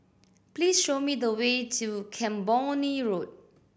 please show me the way to Camborne Road